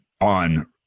on